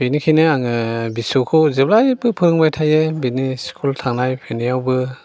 बेनिखायनो आङो बिसौखौ जेब्लायबो फोरोंबाय थायो बिनि स्कुल थांनाय फैनायावबो